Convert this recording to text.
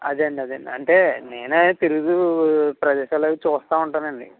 అదే అండి అదే అండి అంటే నేను అదే తిరుగుతు ప్రదేశాలు అవి చూస్తు ఉంటాను అండి